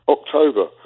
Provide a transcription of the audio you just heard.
October